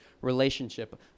relationship